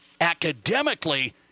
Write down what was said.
academically